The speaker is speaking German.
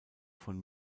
von